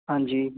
ਹਾਂਜੀ